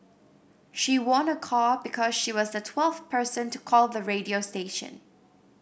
she won a car because she was the twelfth person to call the radio station